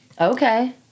Okay